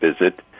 visit